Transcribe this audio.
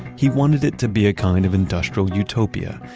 he wanted it to be a kind of industrial utopia.